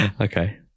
Okay